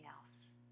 else